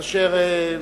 ואחריו,